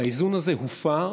והאיזון הזה הופר,